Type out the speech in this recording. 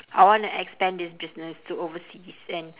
I wanna expand this business to overseas and